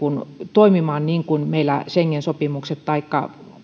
toimimaan niin kuin meillä schengen taikka